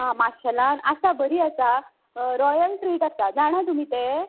आं माशेलान आसा बरीं आसा रॉयल ट्रीट आसा जाणां तुमी तें